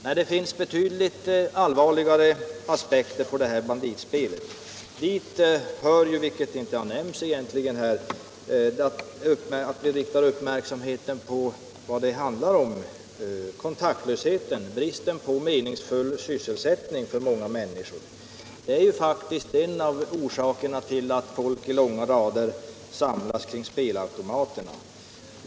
Men det finns betydligt allvarligare aspekter på det s.k. banditspelet. Dit hör något som egentligen inte nämnts här men som vi borde rikta uppmärksamheten på, nämligen anledningen till spelandet, kontaktlösheten, bristen på meningsfull sysselsättning för många människor. Det är faktiskt en av orsakerna till att människor i långa rader samlas kring spelautomaterna.